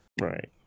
Right